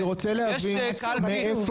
יש קלפי,